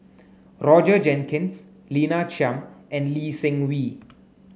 Roger Jenkins Lina Chiam and Lee Seng Wee